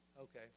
Okay